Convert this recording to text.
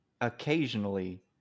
Occasionally